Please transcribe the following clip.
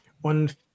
one